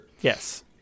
Yes